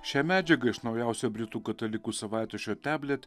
šią medžiagą iš naujausio britų katalikų savaitraščio teblit